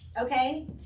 Okay